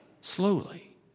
slowly